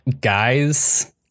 guys